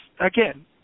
again